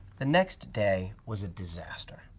the next day was a disaster.